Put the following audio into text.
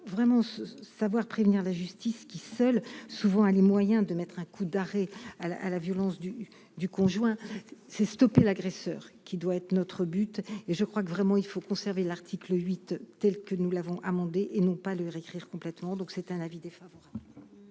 vraiment se savoir prévenir la justice qui souvent a les moyens de mettre un coup d'arrêt à la violence du du conjoint c'est stopper l'agresseur, qui doit être notre but et je crois que vraiment il faut conserver l'article 8, telle que nous l'avons amendé et non pas de réécrire complètement, donc c'est un avis défavorable.